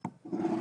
תסתיים,